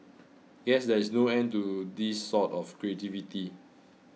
guess there is no end to this sort of creativity